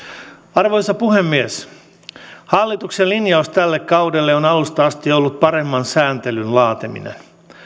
arvoisa puhemies hallituksen linjaus tälle kaudelle on alusta asti ollut paremman sääntelyn laatiminen